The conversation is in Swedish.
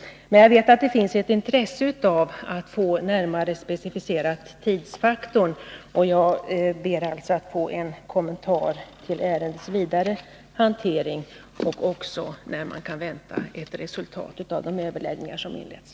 Men jag vet att det finns ett intresse av att få tidsfaktorn närmare specificerad. Jag ber alltså att få en kommentar till ärendets vidare hantering och ett svar på frågan när man kan vänta ett resultat av de överläggningar som har inletts.